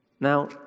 Now